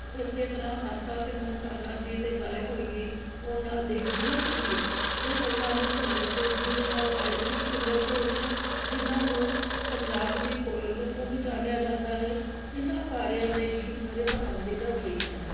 ਇਸ ਤਰ੍ਹਾਂ ਆਸਾ ਸਿੰਘ ਮਸਤਾਨਾ ਜੀ ਦੇ ਗਾਏ ਹੋਏ ਗੀਤ ਉਹਨਾਂ ਦੇ ਡਿਊਇਟ ਗੀਤ ਜੋ ਉਹਨਾਂ ਨੇ ਸੁਰਿੰਦਰ ਕੌਰ ਜੀ ਦੇ ਨਾਲ ਗਾਏ ਸੀ ਸੁਰਿੰਦਰ ਕੌਰ ਜੀ ਜਿਨ੍ਹਾਂ ਨੂੰ ਪੰਜਾਬ ਦੀ ਕੋਇਲ ਵਜੋਂ ਵੀ ਜਾਣਿਆ ਜਾਂਦਾ ਹੈ ਇਹਨਾਂ ਸਾਰਿਆਂ ਦੇ ਗੀਤ ਮੇਰੇ ਪਸੰਦੀਦਾ ਗੀਤ ਹਨ